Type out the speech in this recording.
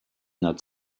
not